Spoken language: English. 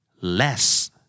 Less